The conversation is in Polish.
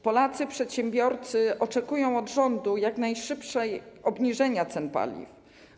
Polacy, przedsiębiorcy oczekują od rządu jak najszybszego obniżenia cen paliw.